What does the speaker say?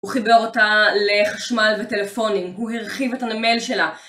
הוא חיבר אותה לחשמל וטלפונים, הוא הרחיב את הנמל שלה.